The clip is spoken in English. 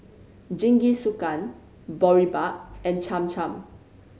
Jingisukan Boribap and Cham Cham